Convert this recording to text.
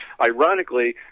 ironically